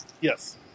Yes